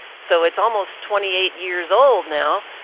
so it's almost twenty eight years old now,